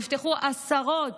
נפתחו עשרות